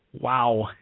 Wow